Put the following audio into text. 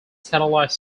satellite